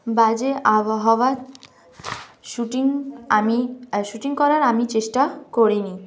বাজে আবহাওয়ায় শ্যুটিং আমি শ্যুটিং করার আমি চেষ্টা করিনি